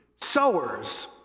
sowers